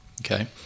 okay